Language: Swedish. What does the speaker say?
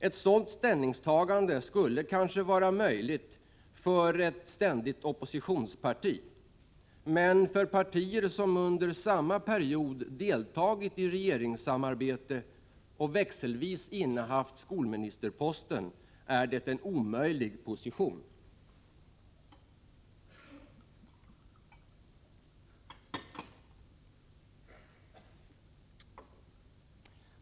Ett sådant ställningstagande skulle kanske vara möjligt för ett ständigt oppositionsparti, men för partier som under samma period deltagit i regeringssamarbete och växelvis innehaft skolministerposten är det en omöjlig position.